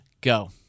go